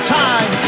time